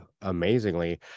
amazingly